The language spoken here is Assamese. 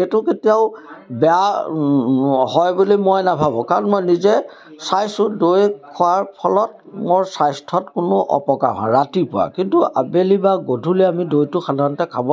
এইটো কেতিয়াও বেয়া হয় বুলি মই নাভাবোঁ কাৰণ মই নিজে চাইছোঁ দৈ খোৱাৰ ফলত মোৰ স্বাস্থ্যত কোনো অপকাৰ হয় ৰাতিপুৱা কিন্তু আবেলি বা গধূলি আমি দৈটো সাধাৰণতে খাব